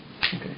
okay